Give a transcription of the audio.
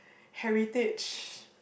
heritage